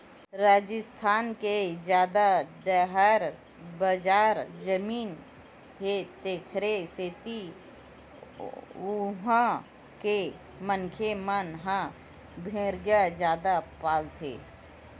राजिस्थान के जादा डाहर बंजर जमीन हे तेखरे सेती उहां के मनखे मन ह भेड़िया जादा पालथे